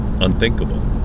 unthinkable